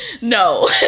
no